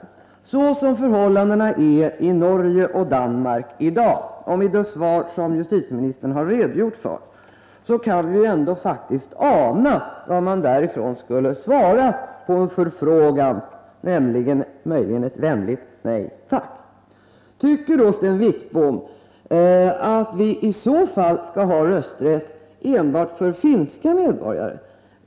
Så som förhållandena är i Norge och Danmark i dag och mot bakgrund av det svar som justitieministern har lämnat, kan vi faktiskt ana vad man därifrån skulle svara på en förfrågan — nämligen möjligen ett vänligt nej tack. Tycker Sten Wickbom att vi i så fall skall ha rösträtt enbart för finska medborgare?